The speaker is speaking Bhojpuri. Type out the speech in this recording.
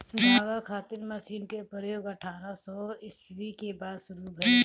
धागा खातिर मशीन क प्रयोग अठारह सौ ईस्वी के बाद शुरू भइल